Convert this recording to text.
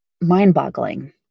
mind-boggling